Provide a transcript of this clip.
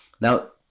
Now